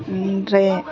ओमफ्राय